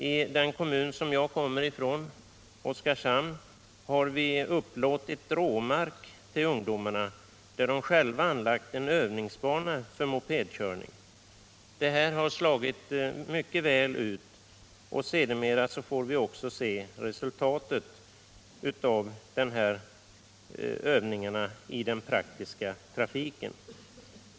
I den kommun som jag kommer ifrån, Oskarshamn, har vi upplåtit råmark till ungdomarna, där de själva har anlagt en övningsbana för mopedkörning. Det har slagit mycket väl ut, och vi är övertygade om att vi senare kommer att få se resultatet av dessa övningskörningar.